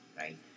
right